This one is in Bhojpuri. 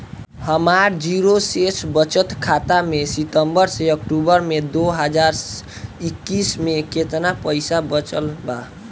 हमार जीरो शेष बचत खाता में सितंबर से अक्तूबर में दो हज़ार इक्कीस में केतना पइसा बचल बा?